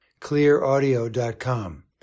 clearaudio.com